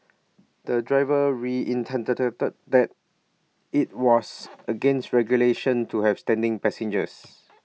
the driver reiterated that IT was against regulations to have standing passengers